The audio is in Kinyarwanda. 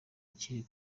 akiri